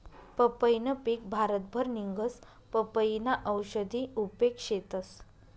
पंपईनं पिक भारतभर निंघस, पपयीना औषधी उपेग शेतस